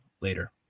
Later